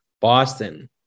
Boston